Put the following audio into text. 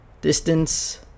Distance